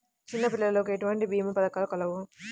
చిన్నపిల్లలకు ఎటువంటి భీమా పథకాలు కలవు?